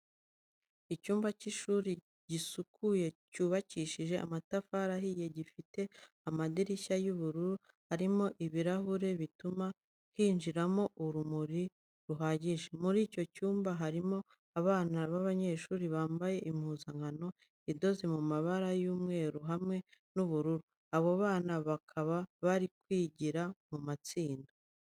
Icyumba cy'ishuri gisukuye cyubakishije amatafari ahiye, gifite amadirishya y'ubururu arimo ibirahure bituma hinjiramo urumuri ruhagije. Muri icyo cyumba harimo, abana b'abanyeshuri bambaye impuzankano idoze mu mabara y'umweru hamwe n'ubururu, abo bana bakaba bari kwigira mu matsinda.